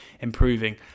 improving